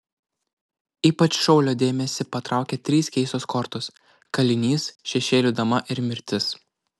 ypač šaulio dėmesį patraukia trys keistos kortos kalinys šešėlių dama ir mirtis